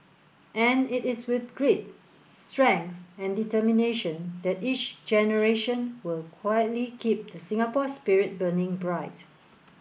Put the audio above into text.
and it is with grit strength and determination that each generation will quietly keep the Singapore spirit burning bright